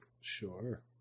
Sure